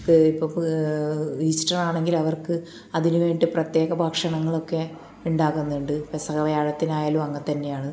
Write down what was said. ഇപ്പോൾ ഈസ്റ്റർ ആണെങ്കിൽ അവർക്ക് അതിനു വേണ്ടി പ്രത്യേക ഭക്ഷണങ്ങളൊക്കെ ഉണ്ടാക്കുന്നുണ്ട് പെസഹ വ്യാഴത്തിനായാലും അങ്ങനെതന്നെയാണ്